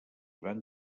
van